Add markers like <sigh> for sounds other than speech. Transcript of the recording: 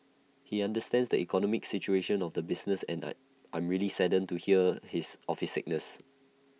he understands the economic situation of the businesses and I I'm really saddened to hear his <unintelligible> sickness